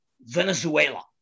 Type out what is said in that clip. Venezuela